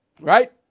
right